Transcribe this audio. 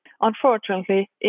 unfortunately